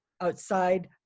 outside